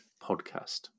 podcast